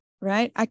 right